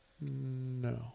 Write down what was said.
No